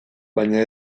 baina